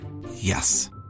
Yes